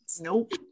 Nope